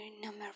number